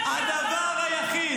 הכנסת מלביצקי.